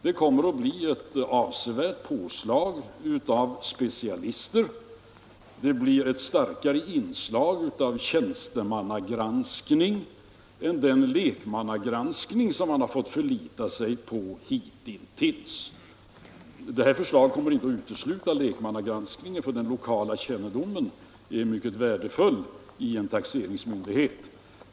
Det kommer enligt förslaget att bli ett avsevärt påslag av specialister, varigenom det blir en större andel tjänstemannagranskning i stället för den lekmannagranskning som man hittills fått förlita sig till. Förslaget kom mer inte att utesluta lekmannagranskningen, eftersom den lokala kännedomen är mycket värdefull i en taxeringsmyndighet.